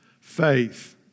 Faith